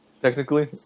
Technically